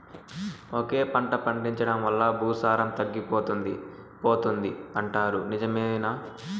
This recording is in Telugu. ఒకే పంట పండించడం వల్ల భూసారం తగ్గిపోతుంది పోతుంది అంటారు నిజమేనా